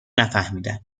نفهمیدم